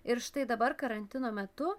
ir štai dabar karantino metu